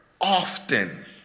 often